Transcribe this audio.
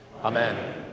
Amen